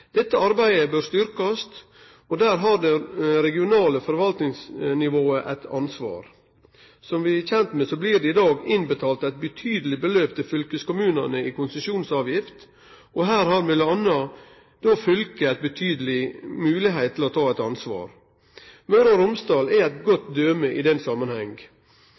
Dette arbeidet bør styrkjast, og der har det regionale forvaltningsnivået eit ansvar. Som vi er kjende med, blir det i dag innbetalt eit betydeleg beløp til fylkeskommunane i konsesjonsavgift, og her har m.a. fylka ei betydeleg moglegheit til å ta eit ansvar. Møre og Romsdal er eit godt døme i den